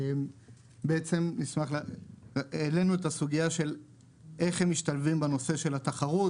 שהעלינו את הסוגיה של איך הם משתלבים בנושא של התחרות,